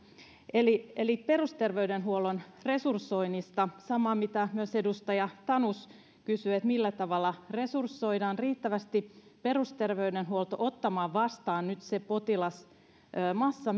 eli eli perusterveydenhuollon resursoinnista sama mitä myös edustaja tanus kysyi millä tavalla resursoidaan riittävästi perusterveydenhuolto ottamaan vastaan nyt se potilasmassa